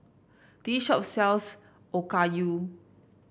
this shop sells Okayu